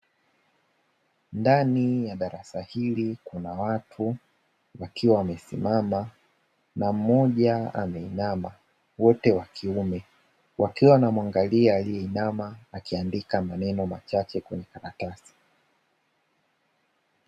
Ndani ya darasa hili kuna watu wakiwa wamesimama na mmoja ameinama; wote wa kiume, wakiwa wanamuangalia aliyeinama, akiandika maneno machache kwenye karatasi.